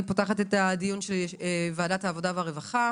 אני פותחת את הדיון של ועדת העבודה והרווחה.